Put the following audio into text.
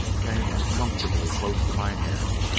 came uncomfortably close to my head.